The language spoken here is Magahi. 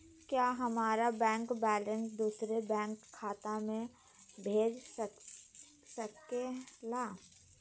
क्या हमारा बैंक बैलेंस दूसरे बैंक खाता में भेज सके ला?